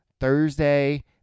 Thursday